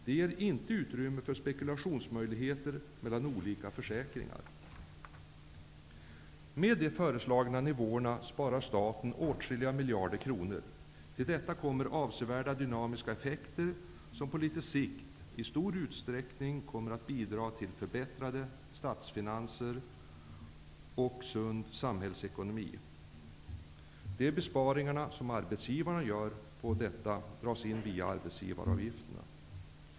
Det ger inte utrymme för spekulation mellan olika försäkringar. Med de föreslagna nivåerna sparar staten åtskilliga miljarder kronor. Till detta kommer avsevärda dynamiska effekter, som på litet sikt i stor utsträckning kommer att bidra till förbättrade statsfinanser och en sund samhällsekonomi. De besparingar som arbetsgivarna gör på detta dras in via arbetsgivaravgifterna.